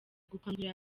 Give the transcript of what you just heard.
gukangurira